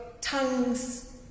tongues